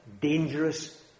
dangerous